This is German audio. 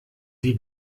die